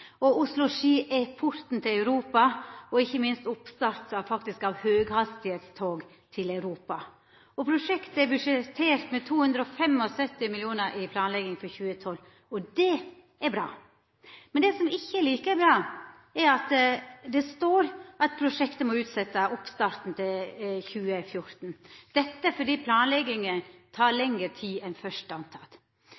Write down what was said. er porten til Europa og ikkje minst oppstart av høgfartstog til Europa. Prosjektet er budsjettert med 275 mill. kr i planlegging for 2012. Det er bra. Men det som ikkje er like bra, er at prosjektet må utsetja oppstarten til 2014 – dette fordi planlegginga